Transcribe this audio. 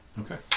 Okay